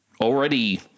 already